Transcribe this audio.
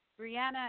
Brianna